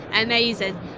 Amazing